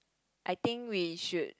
I think we should